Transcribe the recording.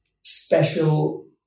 special